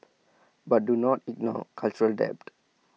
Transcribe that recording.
but do not ignore cultural debt